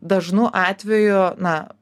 dažnu atveju na